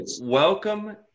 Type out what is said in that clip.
welcome